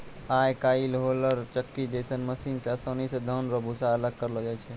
आय काइल होलर चक्की जैसन मशीन से आसानी से धान रो भूसा अलग करलो जाय छै